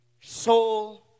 soul